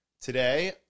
Today